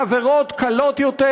בעבירות קלות יותר,